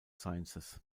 sciences